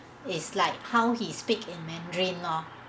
is like how he speak in mandarin lor